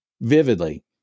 vividly